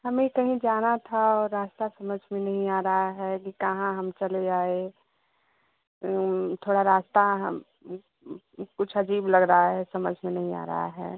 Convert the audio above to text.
हमें कहीं जाना था और रास्ता समझ में नहीं आ रहा है कि कहाँ हम चले आए थोड़ा रास्ता हम कुछ अजीब लग रहा है समझ में नहीं आ रहा है